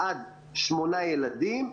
עד שמונה ילדים,